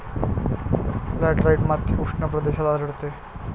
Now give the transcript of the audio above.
laterite माती उष्ण प्रदेशात आढळते